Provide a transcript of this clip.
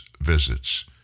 visits